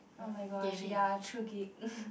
oh my gosh ya true geek